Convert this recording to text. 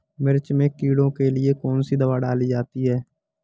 मिर्च में कीड़ों के लिए कौनसी दावा डाली जाती है?